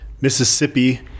Mississippi